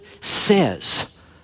says